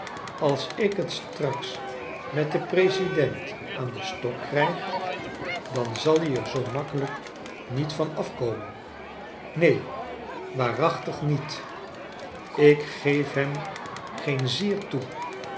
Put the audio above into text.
als ik t straks met den president aan den stok krijg dan zal i er zoo makkelijk niet van af komen neen waarachtig niet ik geef hem geen zier toe